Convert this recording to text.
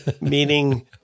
meaning